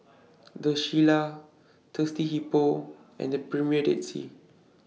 The Shilla Thirsty Hippo and The Premier Dead Sea